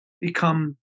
become